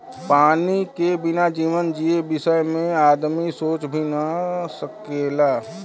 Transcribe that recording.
पानी के बिना जीवन जिए बिसय में आदमी सोच भी न सकेला